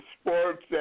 sports